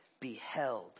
Beheld